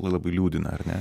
labai liūdina ar ne